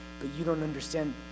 but-you-don't-understand